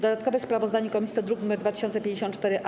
Dodatkowe sprawozdanie komisji to druk nr 2054-A.